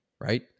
Right